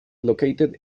located